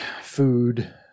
food